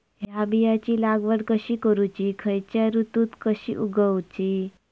हया बियाची लागवड कशी करूची खैयच्य ऋतुत कशी उगउची?